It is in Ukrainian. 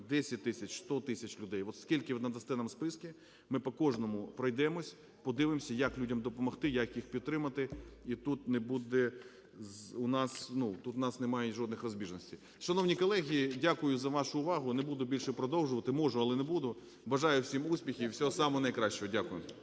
10 тисяч, 100 тисяч людей, от скільки ви надасте нам списків, ми по кожному пройдемось, подивимося, як людям допомогти, як їх підтримати. І тут у нас немає жодних розбіжностей. Шановні колеги, дякую за вашу увагу! Не буду більше продовжувати, можу, але не буду. Бажаю всім успіхів і всього самого найкращого. Дякую.